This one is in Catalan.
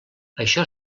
això